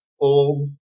old